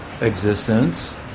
existence